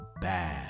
bad